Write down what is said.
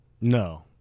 No